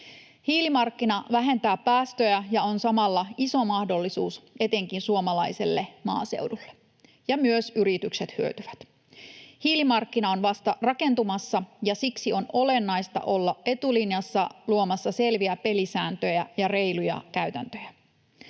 Hiilimarkkina vähentää päästöjä ja on samalla iso mahdollisuus etenkin suomalaiselle maaseudulle, ja myös yritykset hyötyvät. Hiilimarkkina on vasta rakentumassa, ja siksi on olennaista olla etulinjassa luomassa selviä pelisääntöjä ja reiluja käytäntöjä.